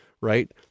right